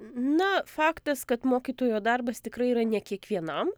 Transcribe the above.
na faktas kad mokytojo darbas tikrai yra ne kiekvienam